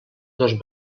dos